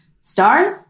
stars